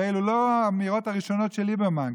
ואלו לא האמירות הראשונות של ליברמן,